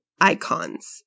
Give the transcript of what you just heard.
icons